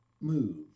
move